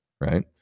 right